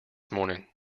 morning